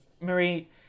Marie